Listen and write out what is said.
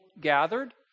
gathered